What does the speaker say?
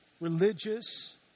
religious